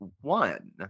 one